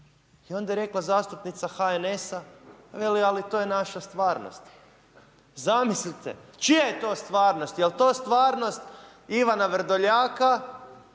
I onda je rekla zastupnica HNS-a, veli ali to je naša stvarnost. Zamislite, čija je to stvarnost, je li to stvarnost Ivana Vrdoljaka